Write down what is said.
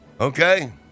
Okay